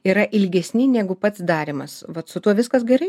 yra ilgesni negu pats darymas vat su tuo viskas gerai